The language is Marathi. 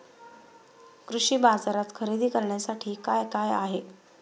कृषी बाजारात खरेदी करण्यासाठी काय काय आहे?